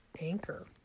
Anchor